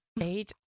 Eight